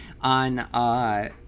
On